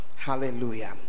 hallelujah